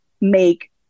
make